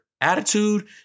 attitude